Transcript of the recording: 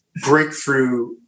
breakthrough